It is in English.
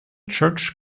church